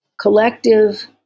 collective